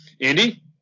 Andy